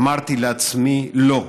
אמרתי לעצמי: 'לא,